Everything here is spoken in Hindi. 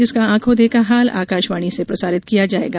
जिसका आंखो देखा हाल आकाशवाणी से प्रसारित किया जाएगा